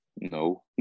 No